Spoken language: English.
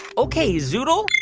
ok, zoodle,